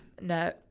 No